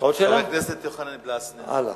חבר הכנסת יוחנן פלסנר, אינו נוכח.